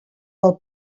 del